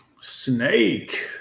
Snake